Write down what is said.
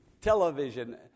television